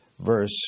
verse